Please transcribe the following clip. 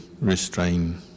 restrain